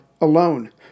alone